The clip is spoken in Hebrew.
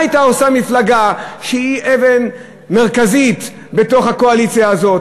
מה הייתה עושה מפלגה שהיא אבן מרכזית בתוך הקואליציה הזאת,